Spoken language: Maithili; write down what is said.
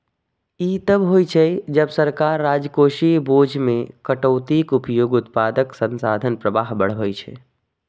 ई तब होइ छै, जब सरकार राजकोषीय बोझ मे कटौतीक उपयोग उत्पादक संसाधन प्रवाह बढ़बै छै